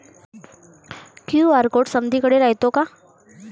QR code समदीकडे रायतो का?